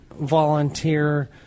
volunteer